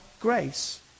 grace